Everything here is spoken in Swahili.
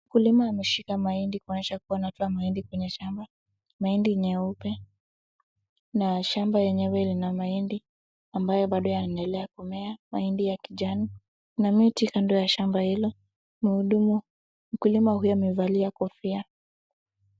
Mkulima ameshika mahindi kuonyesha kuwa anatoa mahindi kwenye shamba. Mahindi nyeupe na shamba yenyewe ina mahindi ambayo bado yanaendelea kumea. Mahindi ya kijani. Kuna miti kando ya shamba hilo. Mkulima huyo amevalia kofia.